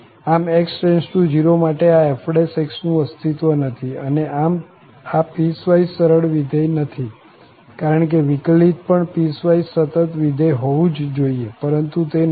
આમ x→0 માટે આ f નું અસ્તિત્વ નથી અને આમ આ પીસવાઈસ સરળ વિધેય નથી કારણ કે વિકલિત પણ પીસવાઈસ સતત વિધેય હોવું જ જોઈએ પરંતુ તે નથી